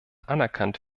anerkannt